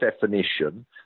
definition